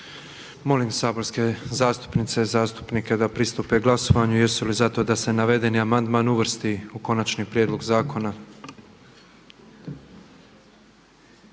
Molim cijenjene zastupnice i zastupnike da pristupe glasovanju tko je za to da se predloženi amandman uvrsti u konačni prijedlog zakona?